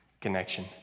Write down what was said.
connection